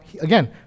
again